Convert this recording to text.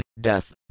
Death